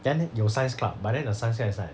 then 有 science club but then the science club is like